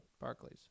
Barclays